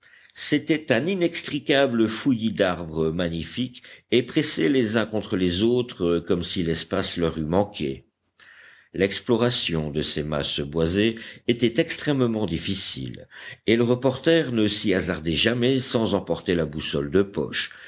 c'était un inextricable fouillis d'arbres magnifiques et pressés les uns contre les autres comme si l'espace leur eût manqué l'exploration de ces masses boisées était extrêmement difficile et le reporter ne s'y hasardait jamais sans emporter la boussole de poche